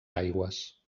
aigües